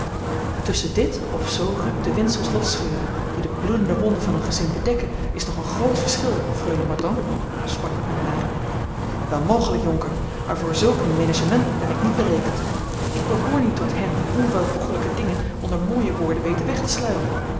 tusschen dit of zoo ruw de windsels losscheuren die de bloedende wonden van een gezin bedekken is nog een groot verschil freule mordaunt sprak ik met nadruk wel mogelijk jonker maar voor zulk een menagement ben ik niet berekend ik behoor niet tot hen die onwelvoegelijke dingen onder mooie woorden weten weg te sluiken